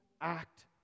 act